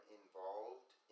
involved